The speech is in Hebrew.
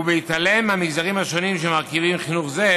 ובהתעלם מהמגזרים השונים שמרכיבים חינוך זה,